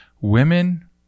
women